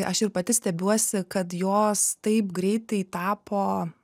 aš ir pati stebiuosi kad jos taip greitai tapo